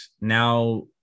now